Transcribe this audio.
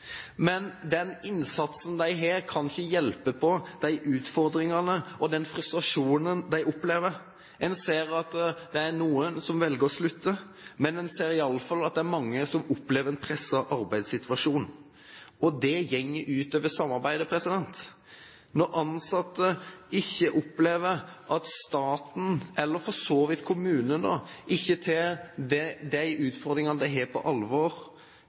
Men den innsatsen de gjør, kan ikke hjelpe på de utfordringene og den frustrasjonen de opplever. En ser at noen velger å slutte, men en ser i alle fall at det er mange som opplever en presset arbeidssituasjon, og det går ut over samarbeidet. Når ansatte opplever at staten, eller for så vidt kommunen, ikke tar de utfordringene de har, på alvor,